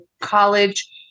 college